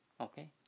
Okay